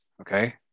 okay